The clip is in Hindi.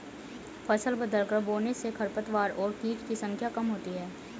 फसल बदलकर बोने से खरपतवार और कीट की संख्या कम होती है